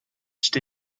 phd